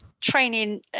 Training